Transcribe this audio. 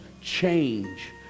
change